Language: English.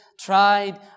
tried